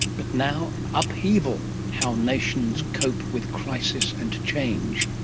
but now upheaval how nations cope with crisis and change.